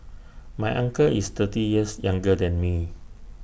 my uncle is thirty years younger than me